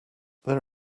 there